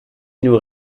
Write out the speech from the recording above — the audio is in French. nous